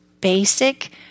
basic